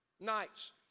nights